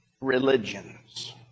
religions